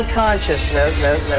consciousness